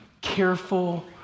careful